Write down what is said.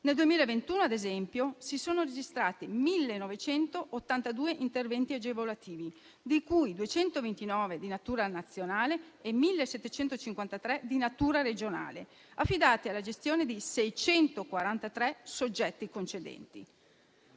Nel 2021, ad esempio, si sono registrati 1.982 interventi agevolativi, di cui 229 di natura nazionale e 1.753 di natura regionale, affidati alla gestione di 643 soggetti concedenti.